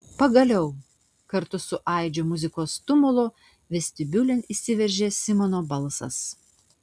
pagaliau kartu su aidžiu muzikos tumulu vestibiulin įsiveržė simono balsas